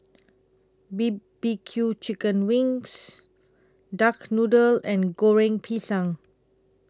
B B Q Chicken Wings Duck Noodle and Goreng Pisang